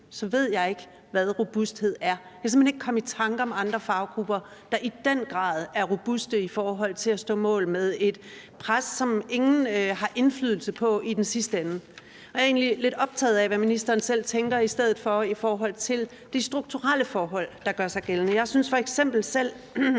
så ved jeg ikke, hvad robusthed er. Jeg kan simpelt hen ikke komme i tanke om andre faggrupper, der i den grad er robuste i forhold til at stå mål med et pres, som ingen har indflydelse på i den sidste ende. Jeg er egentlig lidt optaget af, hvad ministeren selv tænker i forhold til de strukturelle forhold, der gør sig gældende. Jeg synes f.eks. selv,